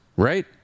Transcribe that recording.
Right